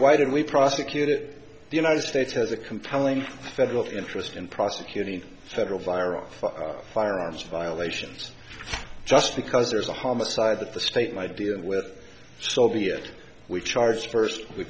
why did we prosecute it the united states has a compelling federal interest in prosecuting federal vajra for firearms violations just because there's a homicide that the state my dealing with soviet we charged first we